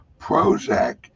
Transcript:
Prozac